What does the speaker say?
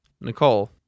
Nicole